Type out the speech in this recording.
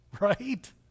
Right